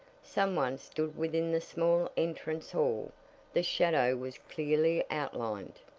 some one stood within the small entrance hall the shadow was clearly outlined.